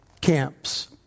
camps